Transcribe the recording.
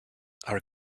are